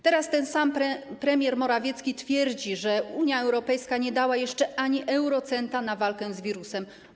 Teraz ten sam premier Morawiecki twierdzi, że Unia Europejska nie dała jeszcze ani eurocenta na walkę z wirusem.